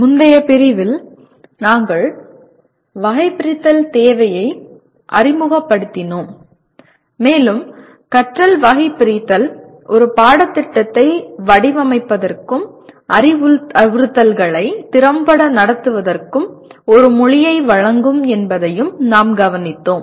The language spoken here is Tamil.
முந்தைய பிரிவில் நாங்கள் வகைபிரித்தல் தேவையை அறிமுகப்படுத்தினோம் மேலும் கற்றல் வகைபிரித்தல் ஒரு பாடத்திட்டத்தை வடிவமைப்பதற்கும் அறிவுறுத்தல்களை திறம்பட நடத்துவதற்கும் ஒரு மொழியை வழங்கும் என்பதையும் நாம் கவனித்தோம்